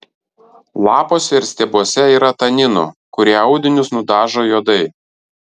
lapuose ir stiebuose yra taninų kurie audinius nudažo juodai